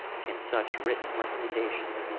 can such written recommendation,